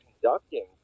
conducting